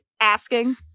asking